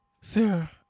Sarah